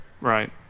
Right